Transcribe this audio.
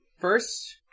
First